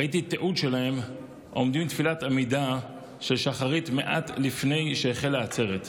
ראיתי תיעוד שלהם עומדים בתפילת עמידה של שחרית מעט לפני שהחלה העצרת.